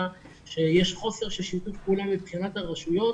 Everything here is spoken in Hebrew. שיש חוסר של שיתוף פעולה מבחינת הרשויות